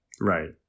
Right